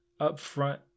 upfront